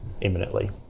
imminently